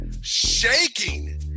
Shaking